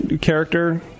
character